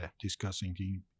discussing